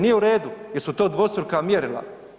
Nije u redu jer su to dvostruka mjerila.